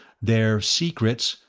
their secrets,